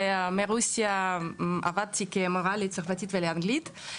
ברוסיה עבדתי כמורה לצרפתית ולאנגלית,